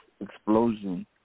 explosion